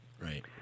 Right